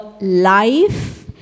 life